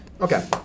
Okay